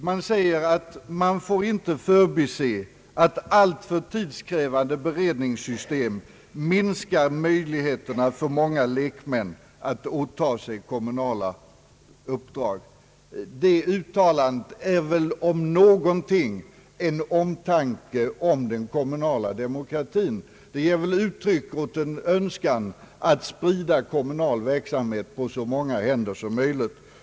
Man säger att vi inte får förbise att alltför tidskrävande beredningssystem minskar möjligheterna för många lekmän att åta sig kommunala uppdrag. Det uttalandet om något innebär väl en omtanke om den kommunala demokratin. Det ger uttryck åt en önskan att sprida kommunal verksamhet på så många händer som möjligt.